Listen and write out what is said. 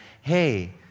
hey